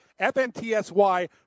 FNTSY